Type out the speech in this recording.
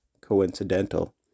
coincidental